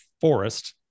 forest